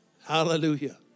Hallelujah